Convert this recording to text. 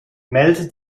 melde